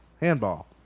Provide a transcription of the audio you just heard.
Handball